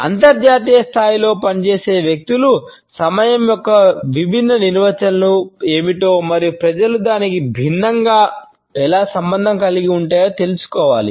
అంతర్జాతీయ స్థాయిలో పనిచేసే వ్యక్తులు సమయం యొక్క విభిన్న నిర్వచనాలు ఏమిటో మరియు ప్రజలు దానికి భిన్నంగా ఎలా సంబంధం కలిగి ఉంటారో తెలుసుకోవాలి